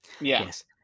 Yes